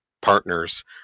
partners